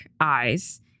eyes